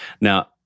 Now